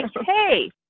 hey